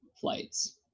flights